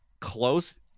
close